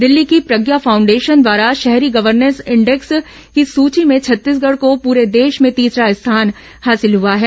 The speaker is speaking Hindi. दिल्ली की प्रज्ञा फाउंडेशन द्वारा शहरी गवर्नेंस इंडेक्स की सूची में छत्तीसगढ़ को पूरे देश में तीसरा स्थान हासिल हुआ है